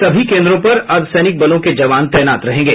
सभी केन्द्रों पर अर्द्वसैनिक बलों के जवान तैनात रहेंगे